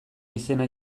izena